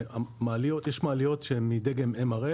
יש מעליות שהן מדגם MRL,